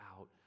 out